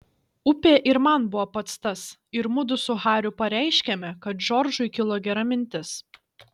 upė ir man buvo pats tas ir mudu su hariu pareiškėme kad džordžui kilo gera mintis